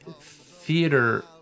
theater